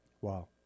Wow